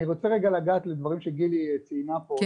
אני רוצה רגע לגעת בדברים שגילי ציינה פה,